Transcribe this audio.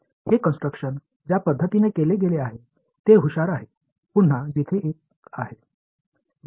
हे कन्स्ट्रक्शन ज्या पद्धतीने केले गेले आहे ते खूप हुशार आहे पुन्हा जिथे हे 1 आहे बेसिस फंक्शनचे मूल्य 0 आहे